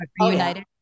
reunited